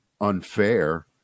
unfair